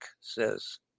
says